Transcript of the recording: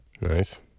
Nice